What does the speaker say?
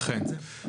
אכן.